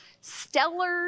Stellar